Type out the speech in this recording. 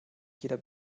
jeder